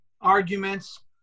arguments